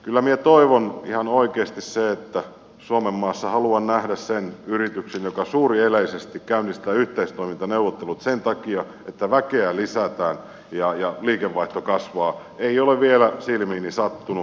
kyllä minä ihan oikeasti haluan suomenmaassa nähdä sen yrityksen joka suurieleisesti käynnistää yhteistoimintaneuvottelut sen takia että väkeä lisätään ja liikevaihto kasvaa ei ole vielä silmiini sattunut